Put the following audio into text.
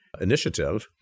initiative